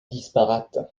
disparate